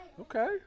Okay